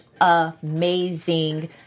amazing